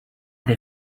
they